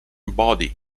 body